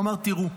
והוא אמר: תראו,